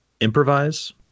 improvise